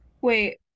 wait